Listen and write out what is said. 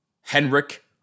Henrik